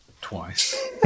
Twice